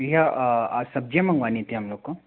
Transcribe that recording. भईया आज सब्जियाँ मंगवानी थी हम लोग को